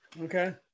okay